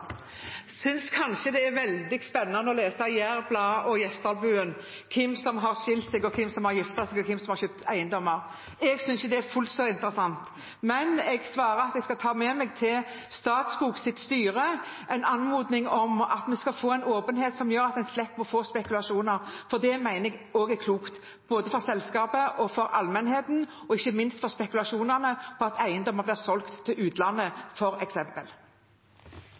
har skilt seg, hvem som har giftet seg, og hvem som har kjøpt eiendommer. Jeg synes ikke det er fullt så interessant, men jeg svarer at jeg skal ta med meg til Statskogs styre en anmodning om at vi skal få en åpenhet som gjør at en slipper spekulasjoner. Det mener jeg er klokt, både for selskapet og for allmennheten, og ikke minst for å slippe spekulasjonene om at eiendommer blir solgt til utlandet,